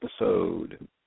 episode